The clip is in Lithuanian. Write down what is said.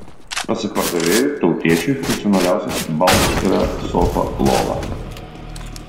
pasak pardavėjų tautiečiui funkcionaliausias baldas yra sofa lova